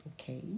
okay